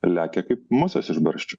lekia kaip musės iš barščių